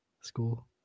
school